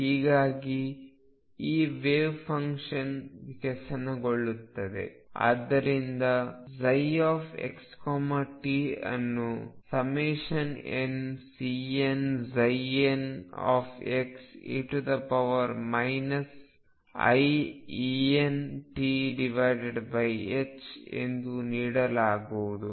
ಹೀಗಾಗಿ ಈ ವೆವ್ಫಂಕ್ಷನ್ ವಿಕಸನಗೊಳ್ಳಲಿದೆ ಆದ್ದರಿಂದ ψxt ಅನ್ನು nCnnxe iEntಎಂದು ನೀಡಲಾಗುವುದು